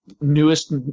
newest